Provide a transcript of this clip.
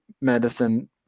medicine